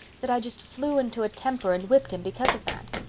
that i just flew into a temper and whipped him because of that.